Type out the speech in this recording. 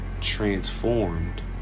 transformed